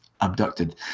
abducted